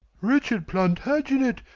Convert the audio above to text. richard plantagenet,